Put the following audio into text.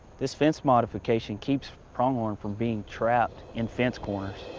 this fence modification keeps pronghorn from being trapped in fence corners.